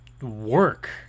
work